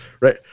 right